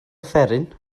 offeryn